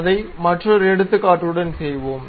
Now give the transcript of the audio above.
அதை மற்றொரு எடுத்துக்காட்டுடன் செய்வோம்